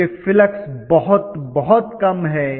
क्योंकि फ्लक्स बहुत बहुत कम है